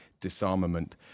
disarmament